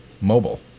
Mobile